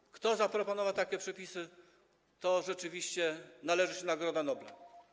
Temu, kto zaproponował takie przepisy, rzeczywiście należy się Nagroda Nobla.